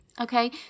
Okay